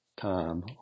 time